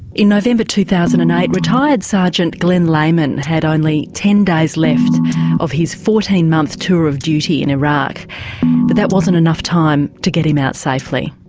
in november two thousand and eight retired sergeant glen lehman had only ten days left of his fourteen month tour of duty in iraq. but that wasn't enough time to get him out safely.